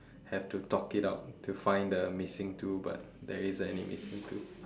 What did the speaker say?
have to talk it out to find the missing two but there isn't any missing two